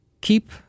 keep